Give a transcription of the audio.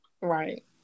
Right